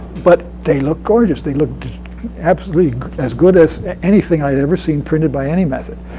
but they looked gorgeous. they looked absolutely as good as anything i'd ever seen printed by any method.